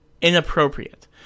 Inappropriate